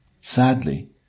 Sadly